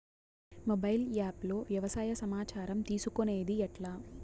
Mobile app లో వ్యవసాయ సమాచారం తీసుకొనేది ఎట్లా?